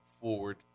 forward